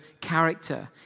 character